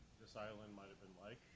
this island might have been like,